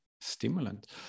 stimulant